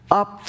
up